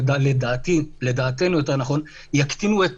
ולדעתנו יקטינו את